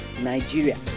Nigeria